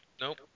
Nope